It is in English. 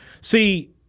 See